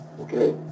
Okay